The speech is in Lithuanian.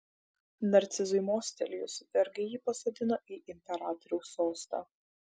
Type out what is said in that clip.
narcizui mostelėjus vergai jį pasodino į imperatoriaus sostą